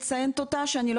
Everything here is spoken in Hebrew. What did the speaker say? שהתחתנו, אז